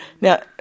Now